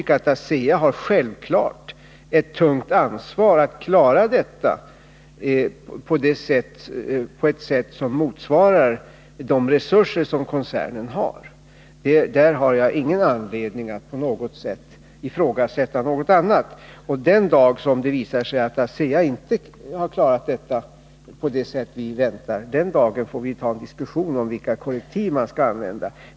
ASEA har självklart ett tungt ansvar att klara detta på ett sätt som motsvarar de resurser som koncernen har, och jag har ingen anledning att ifrågasätta att företaget inte tar det ansvaret. Den dag det visar sig att ASEA inte klarar av det får vi diskutera vilka korrektiv man skall använda.